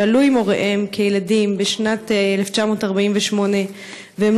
שעלו עם הוריהם כילדים בשנת 1948 והם